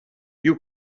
you